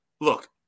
look